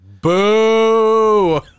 Boo